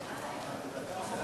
ההצעה